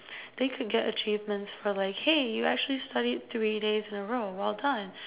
they could get achievements for like hey you actually studied three days in a row well done